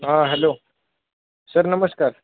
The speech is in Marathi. आं हॅलो सर नमस्कार